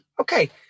Okay